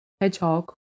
hedgehog